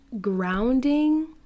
grounding